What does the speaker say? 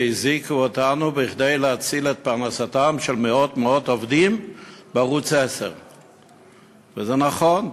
שהזעיקו אותנו כדי להציל את פרנסתם של מאות עובדים בערוץ 10. זה נכון,